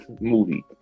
movie